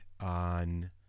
on